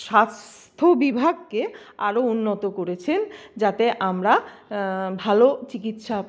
স্বাস্থ্য বিভাগকে আরও উন্নত করেছেন যাতে আমরা ভালো চিকিৎসা